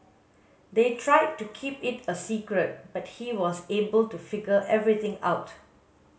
they tried to keep it a secret but he was able to figure everything out